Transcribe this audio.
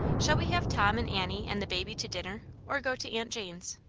sh ll we have tom and annie and the baby to dinner, or go to aunt jane's?